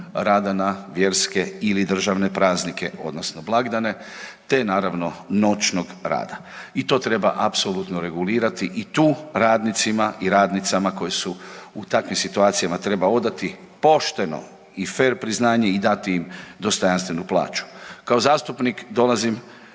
rada na vjerske ili državne praznike, odnosno blagdane, te naravno, noćnog rada i to treba apsolutno regulirati i tu radnicima i radnicama koje su u takvim situacijama treba odati pošteno i fer priznanje i dati im dostojanstvenu plaću. Kao zastupnik dolazim